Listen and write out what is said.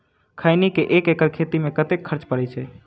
खैनी केँ एक एकड़ खेती मे कतेक खर्च परै छैय?